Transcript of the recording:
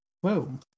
Whoa